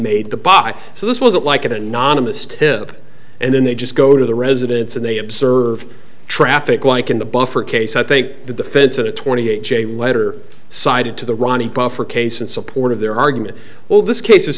made the buy so this wasn't like an anonymous tip and then they just go to the residence and they observe traffic like in the buffer i think the defense in a twenty eight j letter sided to the ronnie buffer case in support of their argument well this case i